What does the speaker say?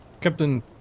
Captain